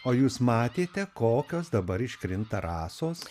o jūs matėte kokios dabar iškrinta rasos